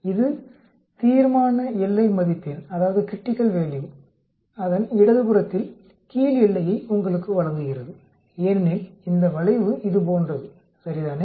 இது தீர்மான எல்லை மதிப்பின் இடது புறத்தில் கீழ் எல்லையை உங்களுக்கு வழங்குகிறது ஏனெனில் இந்த வளைவு இது போன்றது சரிதானே